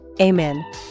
Amen